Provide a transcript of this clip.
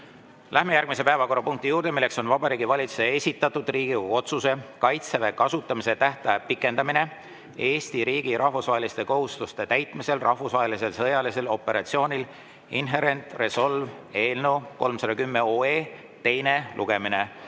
Läheme järgmise päevakorrapunkti juurde. Vabariigi Valitsuse esitatud Riigikogu otsuse "Kaitseväe kasutamise tähtaja pikendamine Eesti riigi rahvusvaheliste kohustuste täitmisel rahvusvahelisel sõjalisel operatsioonil Inherent Resolve" eelnõu 310 teine lugemine.